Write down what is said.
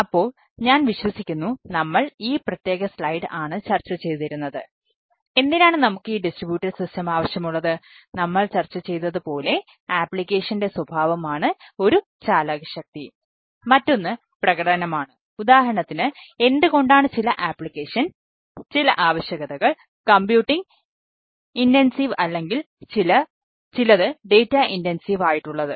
അപ്പോൾ ഞാൻ വിശ്വസിക്കുന്നു നമ്മൾ ഈ പ്രത്യേക സ്ലൈഡ് ആയിട്ടുള്ളത്